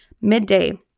Midday